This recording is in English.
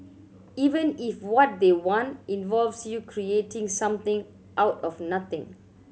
even if what they want involves you creating something out of nothing